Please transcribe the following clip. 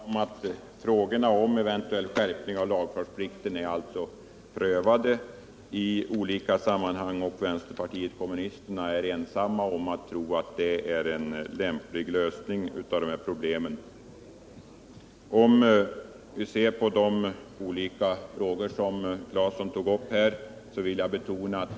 Herr talman! Låt mig erinra om att frågorna om en eventuell skärpning av lagfartsplikten är prövade i olika sammanhang och att vänsterpartiet kommunisterna är ensamt om att tro att det är en lämplig lösning av de här problemen. Tore Claeson tog upp olika frågor här.